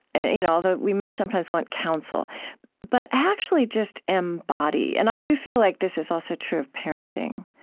and you know although we may sometimes want counsel but actually just embody and i do feel like this is also true of parenting.